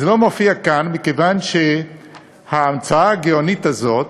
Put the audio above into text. זה לא מופיע כאן מכיוון שההמצאה הגאונית הזאת